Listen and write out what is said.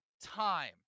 time